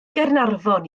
gaernarfon